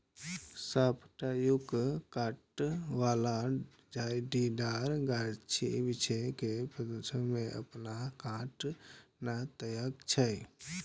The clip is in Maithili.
सॉफ्टवुड कांट बला झाड़ीदार गाछ छियै, जे पतझड़ो मे अपन कांट नै त्यागै छै